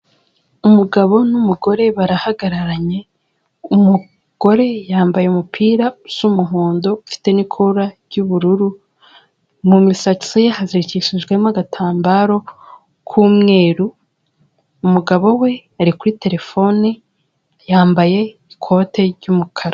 Umugabo n'umugore barahagararanye, umugore yambaye umupira usa umuhondo, ufite n'ikora ry'ubururu, mu misatsi ye hazirikishijwemo agatambaro k'umweru, umugabo we ari kuri terefone, yambaye ikote ry'umukara.